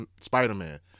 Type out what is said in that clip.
Spider-Man